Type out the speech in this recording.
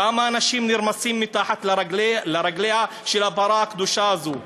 כמה אנשים נרמסים מתחת לרגליה של הפרה הקדושה הזאת.